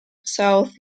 south